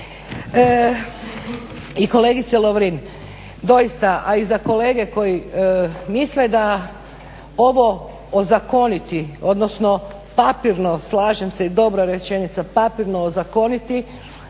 I kolegice Lovrin, doista a i za kolege koji misle da ovo ozakoniti, odnosno papirno slažem se i dobra rečenica papirno ozakoniti